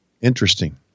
Interesting